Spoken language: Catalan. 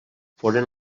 foren